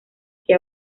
que